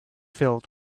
filled